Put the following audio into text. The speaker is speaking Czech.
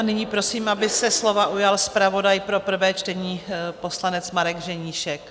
Nyní prosím, aby se slova ujal zpravodaj pro prvé čtení, poslanec Marek Ženíšek.